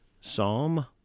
Psalm